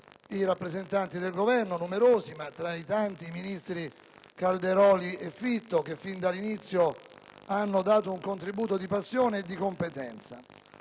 ai rappresentanti del Governo, numerosi, e, tra i tanti, ai ministri Calderoli e Fitto che fin dall'inizio hanno dato un contributo di passione e di competenza.